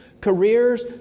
careers